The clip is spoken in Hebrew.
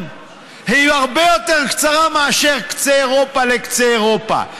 היא הרבה יותר קצרה מאשר מקצה אירופה לקצה אירופה,